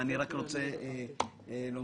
אני רק רוצה לומר,